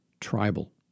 tribal